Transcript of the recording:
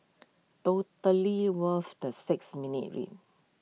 totally worth the six minutes read